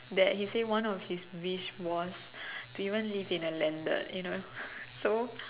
that he said one of his wish was to even live in a landed